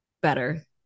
better